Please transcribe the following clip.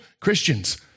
Christians